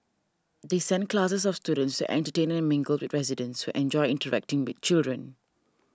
they send classes of students to entertain and mingle with residents enjoy interacting with the children